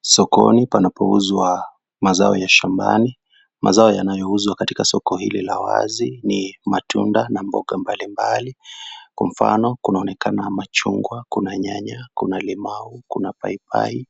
Sokoni panapouzwa mazao ya shambani. Mazao yanayouzwa katika soko hili la wazi ni matunda na mboga mbalimbali. Kwa mfano kunaonekana machungwa , kuna nyanya, kuna limao , kuna paipai